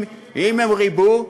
אם הם, והאזרחים הערבים?